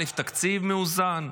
תקציב מאוזן,